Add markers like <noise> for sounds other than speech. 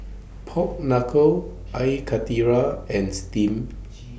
Pork Knuckle <noise> Air Karthira and Steamed <noise>